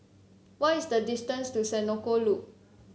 what is the distance to Senoko Loop